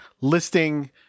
listing